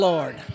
Lord